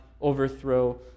overthrow